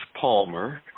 Palmer